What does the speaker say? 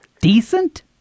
decent